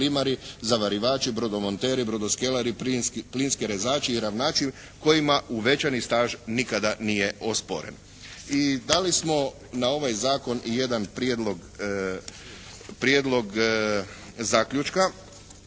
I dali smo na ovaj zakon i jedan prijedlog, prijedlog